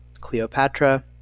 Cleopatra